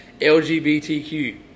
LGBTQ